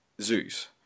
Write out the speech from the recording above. zeus